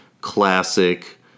Classic